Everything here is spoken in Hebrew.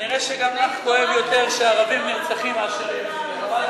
כנראה גם לך כואב יותר שערבים נרצחים מאשר יהודים.